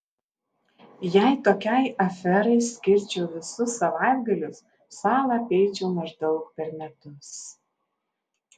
jei tokiai aferai skirčiau visus savaitgalius salą apeičiau maždaug per metus